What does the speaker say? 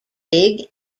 big